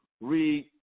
read